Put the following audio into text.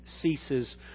ceases